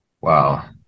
wow